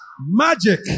magic